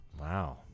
Wow